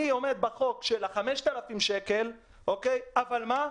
אני עומד בחוק של 5,000 שקל אבל מה,